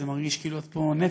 זה כאילו את פה נצח.